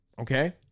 Okay